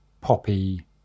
Poppy